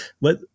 let